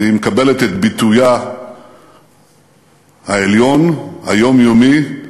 והיא מקבלת את ביטויה העליון, היומיומי,